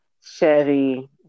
Chevy